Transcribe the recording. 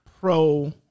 pro